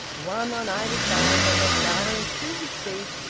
one on either side, they got darius to his feet,